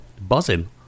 buzzing